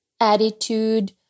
attitude